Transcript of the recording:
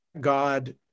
God